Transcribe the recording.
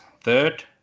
third